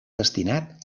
destinat